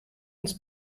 uns